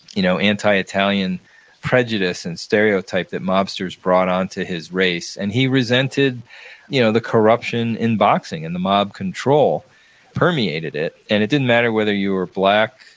you know anti-italian prejudice and stereotype that mobsters brought onto his race. and he resented you know the corruption in boxing, and the mob control permeated it. and it didn't matter whether you were black,